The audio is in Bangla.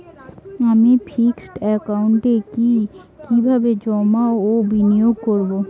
আমি ফিক্সড একাউন্টে কি কিভাবে জমা ও বিনিয়োগ করব?